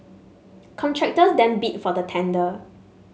contractors then bid for the tender